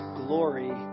glory